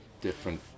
different